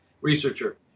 researcher